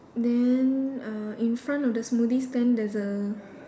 then uh in front of the smoothie stand there's a